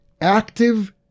active